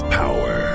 power